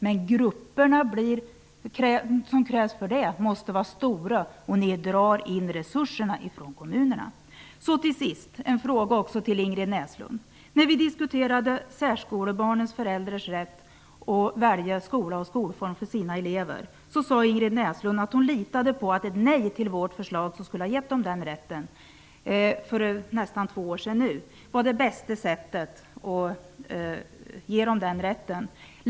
Men för det krävs stora grupper och det drar in resurser från kommunerna. Till sist vill jag ställa en fråga till Ingrid Näslund. När vi diskuterade särskolebarnens föräldrars rätt att välja skola och skolform för sina barn sade Ingrid Näslund att hon litade på att ett nej till vårt förslag, som skulle ha gett dem den rätten för nästan två år sedan, var det bästa sättet att ge dem den rätten.